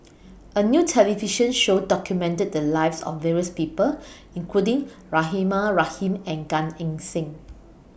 A New television Show documented The Lives of various People including Rahimah Rahim and Gan Eng Seng